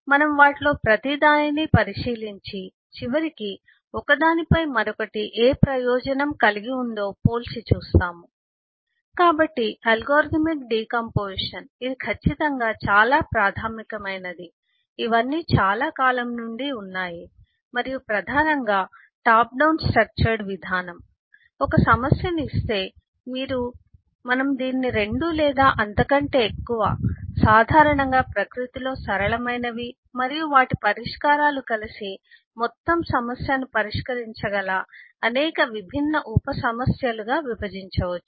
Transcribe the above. మనము వాటిలో ప్రతిదానిని పరిశీలించి చివరికి ఒకదాని పై మరొకటి ఏ ప్రయోజనం కలిగి ఉందో పోల్చి చూస్తాము కాబట్టి అల్గోరిథమిక్ డికాంపొజిషన్ ఇది ఖచ్చితంగా చాలా ప్రాథమికమైనది ఇవన్నీ చాలా కాలం నుండి ఉన్నాయి మరియు ప్రధానంగా టాప్ డౌన్ స్ట్రక్చర్డ్ విధానం ఒక సమస్యను ఇస్తే మీరు మనము దీనిని 2 లేదా అంతకంటే ఎక్కువ సాధారణంగా ప్రకృతిలో సరళమైనవి మరియు వాటి పరిష్కారాలు కలిసి మొత్తం సమస్యను పరిష్కరించగల అనేక విభిన్న ఉప సమస్యలుగా విభజించవచ్చు